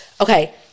okay